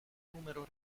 numero